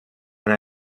and